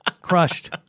Crushed